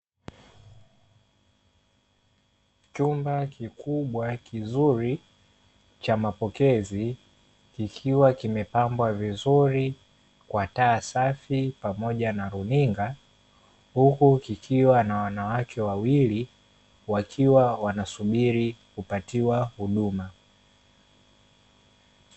Chumba kikubwa kizuri cha mapokezi, kikiwa kimepambwa vizuri kwa taa safi pamoja na runinga, huku kikiwa na wanawake wawili wakiwa wanasubiri kupataiwa huduma.